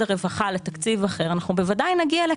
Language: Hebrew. הרווחה לתקציב אחר אנחנו בוודאי נגיע לכאן.